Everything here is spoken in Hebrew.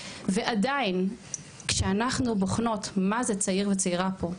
ועדיין כשאנחנו בוחנות מה זה צעיר וצעירה פה,